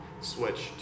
switch